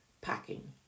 packing